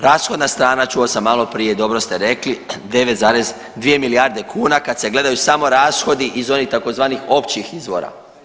Rashodna strana, čuo sam malo prije dobro ste rekli 9,2 milijarde kuna kad se gledaju samo rashodi iz onih tzv. općih izvora.